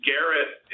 Garrett